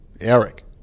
Eric